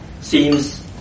seems